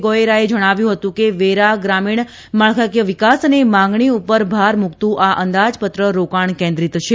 ગોયેરાએ જણાવ્યું હતું કે વેરા ગ્રામીણ માળખાકીય વિકાસ અને માંગણી ઉપર ભાર મુકતું આ અંદાજપત્ર રોકાણ કેન્દ્રિત છે